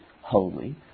holy